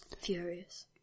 Furious